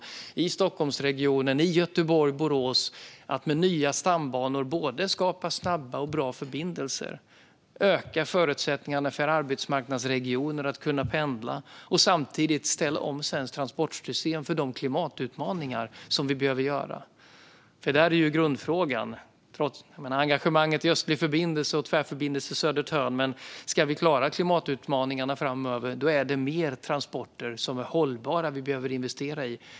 De ser förutsättningarna i Stockholmsregionen, Göteborg och Borås att med nya stambanor skapa snabba och bra förbindelser, öka förutsättningarna för arbetsmarknadsregioner att pendla och samtidigt ställa om svenskt transportsystem för klimatutmaningarna. Engagemanget i Östlig förbindelse och Tvärförbindelse Södertörn i all ära, men ska vi klara klimatutmaningarna framöver är det mer hållbara transporter vi behöver investera i.